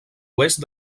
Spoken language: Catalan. oest